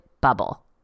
bubble